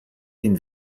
den